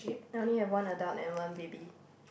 I only have one adult and one baby